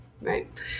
right